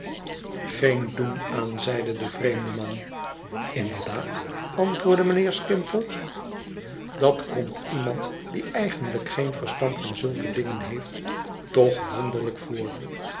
geen doen aan zeide de vreemde man inderdaad antwoordde mijnheer skimpole dat komt iemand die eigenlijk geen verstand van zulke dingen heeft toch wonderlijk voor